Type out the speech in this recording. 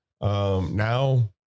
Now